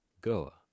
Goa